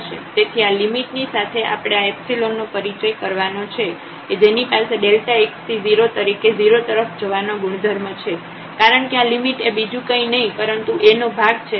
તેથી આ લિમિટ ની સાથે આપણે આ નો પરિચય કરવાનો છે કે જેની પાસે x→0 તરીકે 0 તરફ જવાનો ગુણધર્મ છે કારણ કે આ લિમિટ એ બીજું કંઈ નહીં પરંતુ A નો ભાગ છે